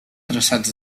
traçats